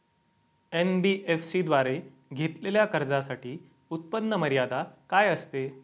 NBFC द्वारे घेतलेल्या कर्जासाठी उत्पन्न मर्यादा काय असते?